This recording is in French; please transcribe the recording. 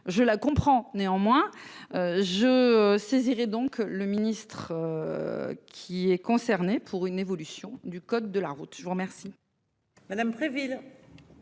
je la comprends néanmoins. Je saisirai donc le ministre. Qui est concerné pour une évolution du code de la route. Je vous remercie.